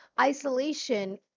isolation